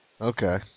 Okay